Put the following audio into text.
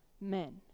men